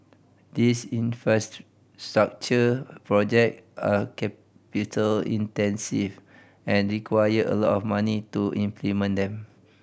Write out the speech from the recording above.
these infrastructure project are capital intensive and require a lot of money to implement them